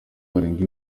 barenga